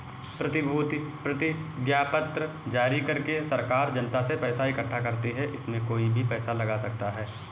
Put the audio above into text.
प्रतिभूति प्रतिज्ञापत्र जारी करके सरकार जनता से पैसा इकठ्ठा करती है, इसमें कोई भी पैसा लगा सकता है